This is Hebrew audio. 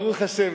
ברוך השם,